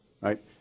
right